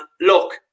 look